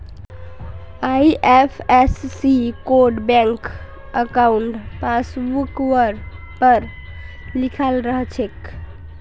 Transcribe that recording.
IFSC code bank अंकाउट पासबुकवर पर लिखाल रह छेक